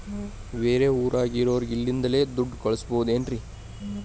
ಬೇರೆ ಊರಾಗಿರೋರಿಗೆ ಇಲ್ಲಿಂದಲೇ ದುಡ್ಡು ಕಳಿಸ್ಬೋದೇನ್ರಿ?